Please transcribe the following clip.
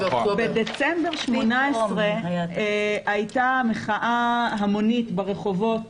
באוקטובר 2018. בדצמבר 2018 הייתה מחאה המונית ברחובות.